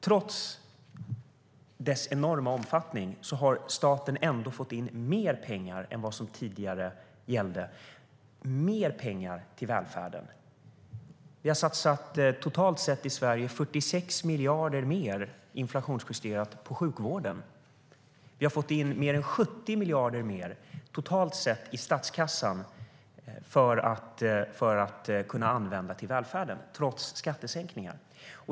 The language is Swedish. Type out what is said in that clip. Trots den enorma omfattningen av dem har staten ändå fått in mer pengar än vad som tidigare gällde, mer pengar till välfärden. Vi har totalt sett i Sverige satsat 46 miljarder mer inflationsjusterat på sjukvården. Vi har fått in mer än 70 miljarder mer totalt sett i statskassan för att kunna använda till välfärden, trots skattesänkningar.